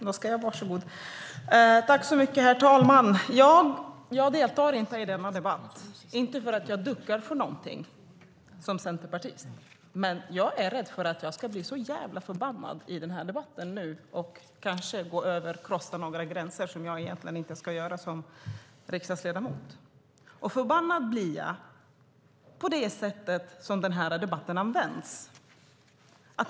Herr talman! Jag deltar inte i denna debatt. Det är inte för att jag duckar för någonting som centerpartist. Jag är rädd för att jag ska bli så jävla förbannad nu i debatten och kanske korsa några gränser som jag inte ska göra som riksdagsledamot. Jag blir förbannad på det sätt som den här debatten används.